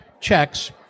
checks